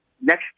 next